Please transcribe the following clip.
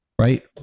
right